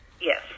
Yes